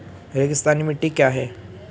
रेगिस्तानी मिट्टी क्या है?